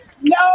No